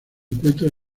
encuentra